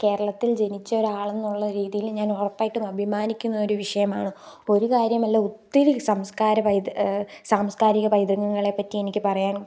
കേരളത്തിൽ ജനിച്ച ഒരാളെന്നുള്ള രീതിയിൽ ഞാൻ ഉറപ്പായിട്ടും അഭിമാനിക്കുന്നൊരു വിഷയമാണ് ഒരു കാര്യമല്ല ഒത്തിരി സംസ്കാര പൈ സാംസ്കാരിക പൈതൃകങ്ങളെ പറ്റി എനിക്ക് പറയാൻ